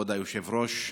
כבוד היושב-ראש,